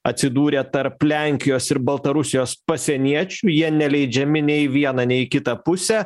atsidūrė tarp lenkijos ir baltarusijos pasieniečių jie neleidžiami nei į vieną nei į kitą pusę